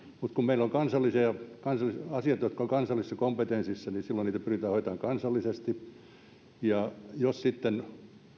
mutta kun meillä on asioita jotka ovat kansallisessa kompetenssissa niin silloin niitä pyritään hoitamaan kansallisesti ja jos sitten